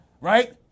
right